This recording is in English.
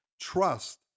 Trust